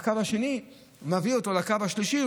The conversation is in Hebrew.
והקו השני מביא אותו לקו השלישי.